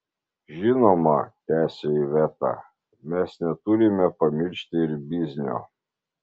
žinoma tęsia iveta mes neturime pamiršti ir biznio